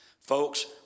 Folks